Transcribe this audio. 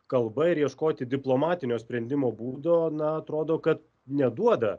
kalba ir ieškoti diplomatinio sprendimo būdo na atrodo kad neduoda